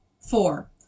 Four